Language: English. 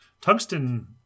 Tungsten